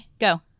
go